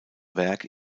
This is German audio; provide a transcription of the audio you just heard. werk